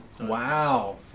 Wow